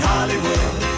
Hollywood